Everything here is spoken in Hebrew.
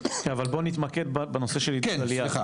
-- אבל בוא נתמקד בנושא של עידוד עלייה.